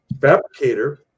fabricator